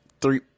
three